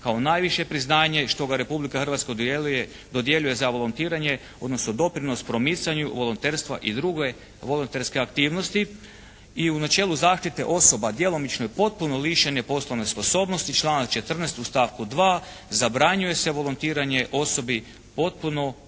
kao najviše priznanje što ga Republika Hrvatska dodjeljuje za volontiranje odnosno doprinos promicanju volonterstva i druge volonterske aktivnosti. I u načelu zaštite osoba djelomično je potpuno lišene poslovne sposobnosti, članak 14. u stavku 2. zabranjuje se volontiranje osobi potpuno lišenoj